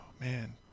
man